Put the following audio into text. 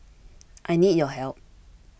I need your help